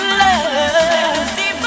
love